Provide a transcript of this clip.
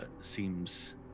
seems